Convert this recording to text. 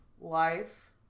life